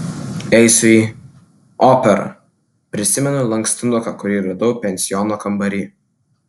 eisiu į operą prisimenu lankstinuką kurį radau pensiono kambary